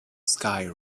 sky